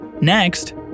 Next